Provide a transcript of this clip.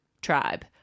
tribe